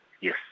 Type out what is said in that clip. Yes